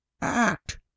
act